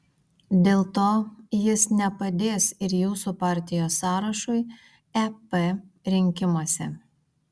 dėl to jis nepadės ir jūsų partijos sąrašui ep rinkimuose